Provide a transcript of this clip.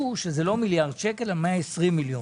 אישור מוסדות ציבור לעניין סעיף 46 לפקודת מס הכנסה